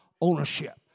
ownership